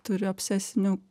turi obsesinių